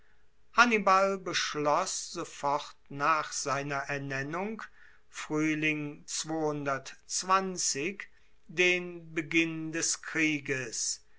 hannibal beschloss sofort nach seiner ernennung fruehling den beginn des krieges